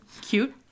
Cute